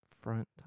front